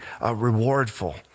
rewardful